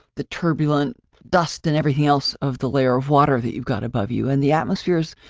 the turbulent dust and everything else of the layer of water that you've got above you. and the atmosphere is,